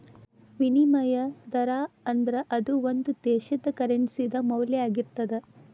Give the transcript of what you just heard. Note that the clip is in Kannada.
ವಿನಿಮಯ ದರಾ ಅಂದ್ರ ಅದು ಒಂದು ದೇಶದ್ದ ಕರೆನ್ಸಿ ದ ಮೌಲ್ಯ ಆಗಿರ್ತದ